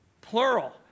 plural